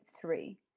three